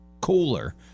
cooler